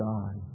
God